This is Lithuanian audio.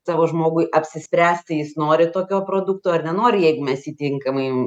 savo žmogui apsispręsti jis nori tokio produkto ar nenori jeigu mes jį tinkamai